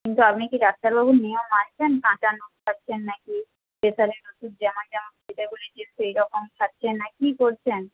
কিন্তু আপনি কি ডাক্তারবাবুর নিয়ম মানছেন কাঁচা নুন খাচ্ছেন নাকি প্রেশারের ওষুধ যেমন যেমন খেতে বলেছে সেইরকম খাচ্ছেন না কী করছেন